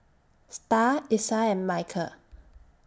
STAR Isiah and Michial